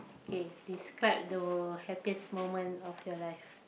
K describe the happiest moment of your life